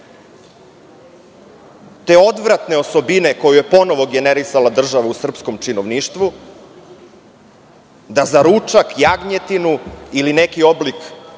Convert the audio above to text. te odvratne osobine koje je ponovo generisala država u srpskom činovništvu, da za ručak, jagnjetinu, ili neki oblik